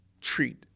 treat